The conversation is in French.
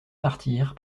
martyr